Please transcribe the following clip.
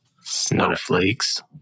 Snowflakes